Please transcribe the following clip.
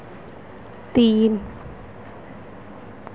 तीन